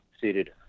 seated